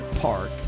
Park